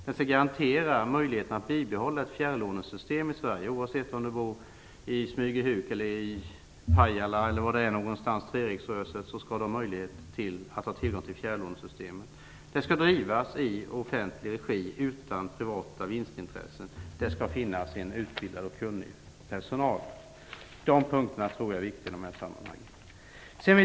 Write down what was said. Den skall garantera möjligheten att bibehålla ett fjärrlånesystem i Sverige. Oavsett om man t.ex. bor i Smygehuk, Pajala eller Treriksröset skall man ha tillgång till fjärrlånesystemet. Biblioteken skall drivas i offentlig regi utan privata vinstintressen. Och det skall finnas en utbildad och kunnig personal. Dessa punkter tror jag är viktiga i det här sammanhanget.